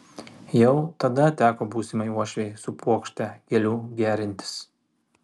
jau tada teko būsimai uošvei su puokšte gėlių gerintis